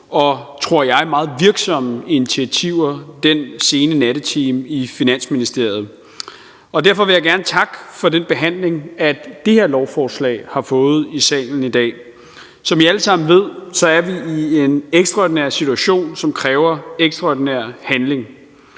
og, tror jeg, meget virksomme initiativer den sene nattetime i Finansministeriet. Og derfor vil jeg gerne takke for den behandling, det her lovforslag har fået i salen i dag. Som I alle sammen ved, er vi i en ekstraordinær situation, som kræver ekstraordinær handling.